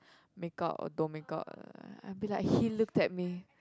make out or don't make out like I'll be like he looked at me